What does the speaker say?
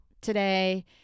today